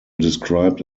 described